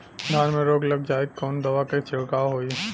धान में रोग लग जाईत कवन दवा क छिड़काव होई?